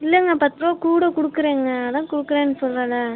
இல்லைங்க பத்து ருபா கூட கொடுக்குறேங்க அதான் கொடுக்குறேனு சொல்கிறேன